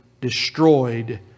destroyed